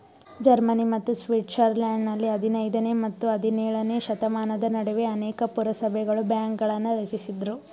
Germany ಮತ್ತು ಸ್ವಿಟ್ಜರ್ಲೆಂಡ್ನಲ್ಲಿ ಹದಿನೈದನೇ ಮತ್ತು ಹದಿನೇಳನೇಶತಮಾನದ ನಡುವೆ ಅನೇಕ ಪುರಸಭೆಗಳು ಬ್ಯಾಂಕ್ಗಳನ್ನ ರಚಿಸಿದ್ರು